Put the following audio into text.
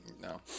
No